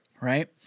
right